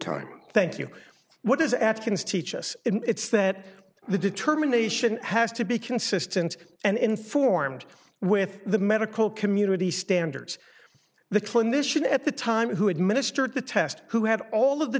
time thank you what does atkins teach us it's that the determination has to be consistent and informed with the medical community standards the clinician at the time who administered the test who had all of the